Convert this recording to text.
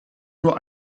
nur